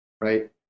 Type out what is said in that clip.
right